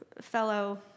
fellow